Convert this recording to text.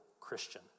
Christian